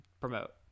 promote